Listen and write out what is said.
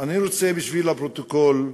אני רוצה, בשביל הפרוטוקול,